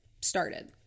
started